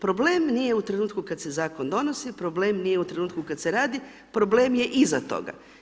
Problem nije u trenutku kada se zakon donosi, problem nije u trenutku kada se radi, problem je iza toga.